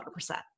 100%